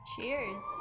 Cheers